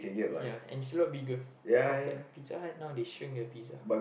ya and it's a lot bigger compared Pizza Hut now they shrink the Pizza